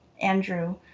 Andrew